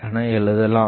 என எழுதலாம்